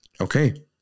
Okay